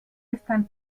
están